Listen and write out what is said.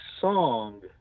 song